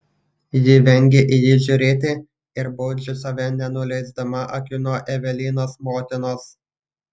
ji vengia į jį žiūrėti ir baudžia save nenuleisdama akių nuo evelinos motinos